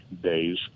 days